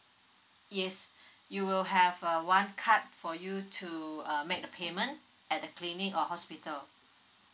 yes you will have a one card for you to uh make the payment at the clinic or hospital